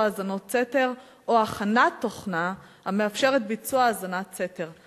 האזנות סתר או הכנת תוכנה המאפשרת ביצוע האזנת סתר.